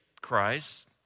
Christ